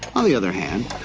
on the other hand,